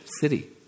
city